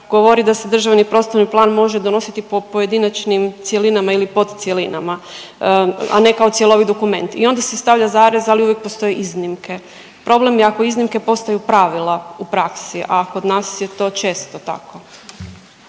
govori da se državni prostorni plan može donositi po pojedinačnim cjelinama ili potcjelinama, a ne kao cjelovit dokument i onda se stavlja zarez, ali uvijek postoje iznimke. Problem je ako iznimke postaju pravila u praksi, a kod nas je to često tako.